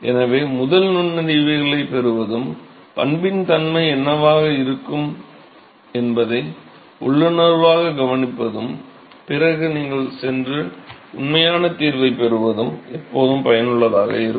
எனவே முதலில் நுண்ணறிவுகளைப் பெறுவதும் பண்பின் தன்மை என்னவாக இருக்கும் என்பதை உள்ளுணர்வாகக் கணிப்பதும் பிறகு நீங்கள் சென்று உண்மையான தீர்வைப் பெறுவதும் எப்போதும் பயனுள்ளதாக இருக்கும்